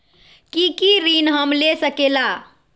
की की ऋण हम ले सकेला?